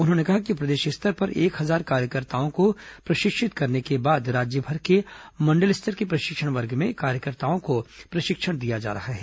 उन्होंने कहा कि प्रदेश स्तर पर एक हजार कार्यकर्ताओं को प्रशिक्षित करने के बाद राज्यभर के मंडल स्तर के प्रशिक्षण वर्ग में कार्यकर्ताओं को प्रशिक्षण दिया जा रहा है